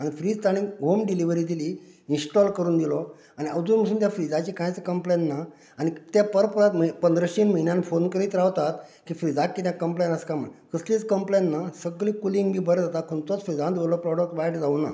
आनी फ्रीज ताणें home delivery दिली इन्स्टॉल करून दिलो आनी अजून पसून त्या फ्रिझाची कांयच कंप्लेन ना आनी ते परत परत पंदरशीन म्हयन्यान फोन करीत रावतात की फ्रीझाक कितें कंप्लेन आसा काय म्हुणून कसलीच कंप्लेन ना सगली कुलींग बी बरें जाता खंयचोच फ्रिझान दवरिल्लो प्रॉडक्ट वायट जावंक ना